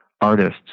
artists